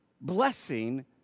blessing